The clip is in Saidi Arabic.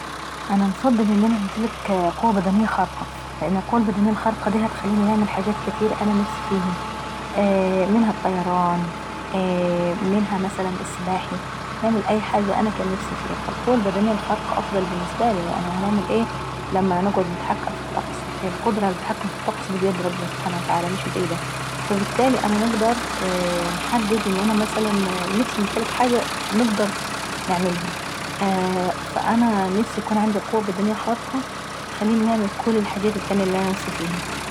انا انفضل نمتلك قوة بدنية خارقة. لأن القوة البدنية الخارقة داي هتخليني نعمل حاجات كاتير انا نفسي فيهي: منها الطيران ، منها مثلا السباحي، نعمل اي حاجة انا كان نفسي فيهي، فالقوة البدنية افضل بالسبنة لي. يعني هنعمل ايه لما نقعد نتحكم في الطقس. هي القدرة على التحكم في الطقس بايد ربنا سبحانه وتعالى مش بايداي. فالبتالي انا نقدر انحدد ان انا نفسي نمتلك حاجة نقدر نعملهاي. فأنا نفسي يكون عندي القوة البدنية الخارقة اللي تخليني نعمل كل الحاجات التانية اللي انا نفسي فيهي.